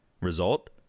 Result